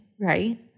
Right